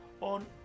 on